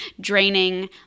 draining